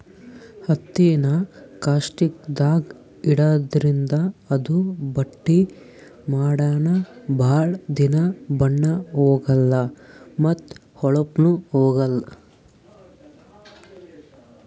ಹತ್ತಿನಾ ಕಾಸ್ಟಿಕ್ದಾಗ್ ಇಡಾದ್ರಿಂದ ಅದು ಬಟ್ಟಿ ಮಾಡನ ಭಾಳ್ ದಿನಾ ಬಣ್ಣಾ ಹೋಗಲಾ ಮತ್ತ್ ಹೋಳಪ್ನು ಹೋಗಲ್